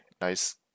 nice